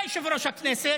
אתה יושב-ראש הכנסת,